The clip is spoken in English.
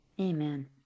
amen